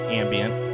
ambient